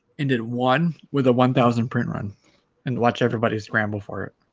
and did one with a one thousand print run and watch everybody scramble for it